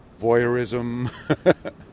voyeurism